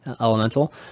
elemental